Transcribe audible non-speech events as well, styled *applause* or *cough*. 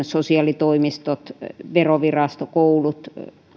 *unintelligible* sosiaalitoimistot verovirasto koulut